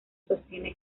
sostiene